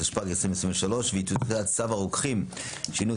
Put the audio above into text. התשפ"ג-2023; וטיוטת צו הרוקחים (שינוי